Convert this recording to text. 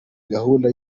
gahunda